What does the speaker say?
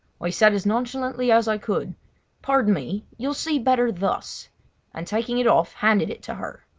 i said as nonchalantly as i could pardon me! you will see better thus and taking it off handed it to her.